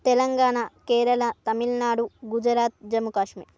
Telangana Kerala Tamil Nadu Gujarat Jammu Kashmir